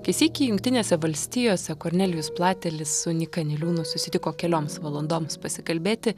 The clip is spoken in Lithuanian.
kai sykį jungtinėse valstijose kornelijus platelis su nyka niliūnu susitiko kelioms valandoms pasikalbėti